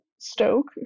Stoke